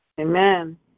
Amen